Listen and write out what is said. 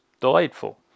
delightful